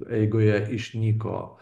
eigoje išnyko